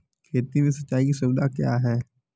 खेती में सिंचाई की सुविधा क्या है?